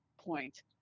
point